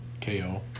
KO